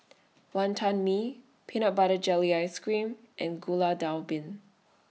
Wonton Mee Peanut Butter Jelly Ice Cream and Gulai Daun Ubi